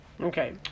Okay